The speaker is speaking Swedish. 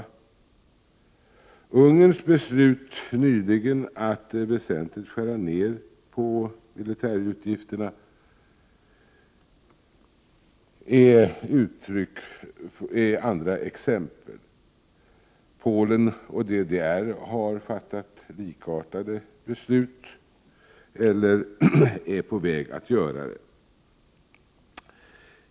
Ungerns beslut nyligen att väsentligt skära ned militärutgifterna är ett annat exempel. Polen och DDR har fattat likartade beslut eller är på väg att göra det.